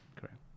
Correct